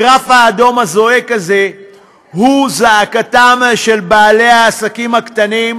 הגרף האדום הזועק הזה הוא זעקתם של בעלי העסקים הקטנים,